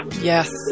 Yes